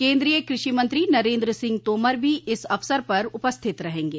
केंद्रीय कृषि मंत्री नरेन्द्र सिंह तोमर भी इस अवसर पर उपस्थित रहेंगे